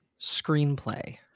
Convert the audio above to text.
screenplay